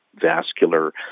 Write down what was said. vascular